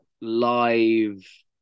live